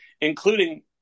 including